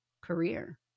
career